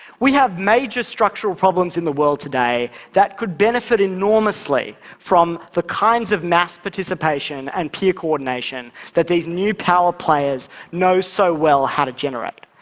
we have major structural problems in the world today that could benefit enormously from the kinds of mass participation and peer coordination that these new power players know so well how to generate.